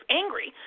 angry